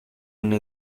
una